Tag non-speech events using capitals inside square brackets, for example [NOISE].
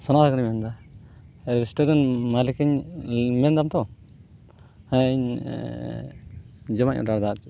ᱥᱚᱱᱟ ᱦᱮᱢᱵᱨᱚᱢᱤᱧ ᱢᱮᱱᱫᱟ ᱨᱮᱥᱴᱩᱨᱮᱱᱴ ᱢᱟᱹᱞᱤᱠᱮᱢ ᱢᱮᱱᱫᱟᱢ ᱛᱚ ᱦᱮᱸ ᱤᱧ ᱡᱚᱢᱟᱜ ᱤᱧ ᱚᱰᱟᱨ ᱠᱟᱫᱟ [UNINTELLIGIBLE]